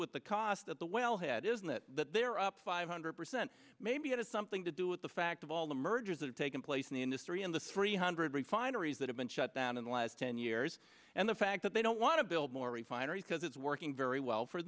with the cost of the wellhead isn't it that they're up five hundred percent maybe it has something to do with the fact of all the mergers that are taking place in the industry in the three hundred refineries that have been shut down in the last ten years and the fact that they don't want to build more refineries because it's working very well for